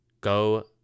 go